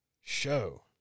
show